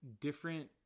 different